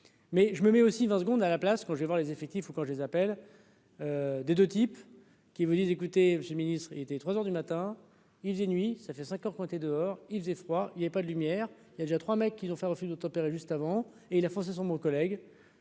mais je me mets aussi 20 secondes à la place, quand je vais voir les effectifs ou quand je les appelle des 2 types qui vous disent : écoutez, monsieur le ministre, il était 3 heures du matin, il faisait nuit, ça fait 5 ans qu'on était dehors, il faisait froid, il y avait pas de lumière, il y a déjà trois mecs qui ont fait, refus d'obtempérer, juste avant, et la France sont mon collègue